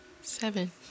seven